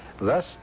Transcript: Thus